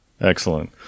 Excellent